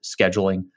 scheduling